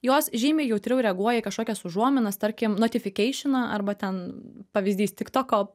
jos žymiai jautriau reaguoja į kažkokias užuominas tarkim notifikeišioną arba ten pavyzdys tiktoko